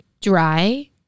dry